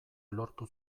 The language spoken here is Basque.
lortu